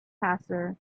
passer